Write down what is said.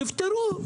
תפתרו.